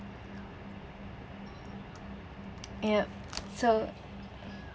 yup so